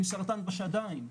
עם סרטן בשדיים,